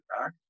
back